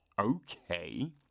okay